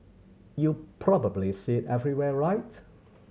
you probably see everywhere right